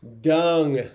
dung